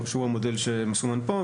שהוא המודל שמסומן פה,